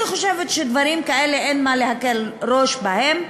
אני חושבת שדברים כאלה, אין להקל ראש בהם.